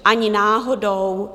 Ani náhodou.